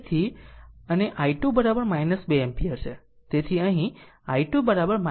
તેથી અને i2 2 ampere છે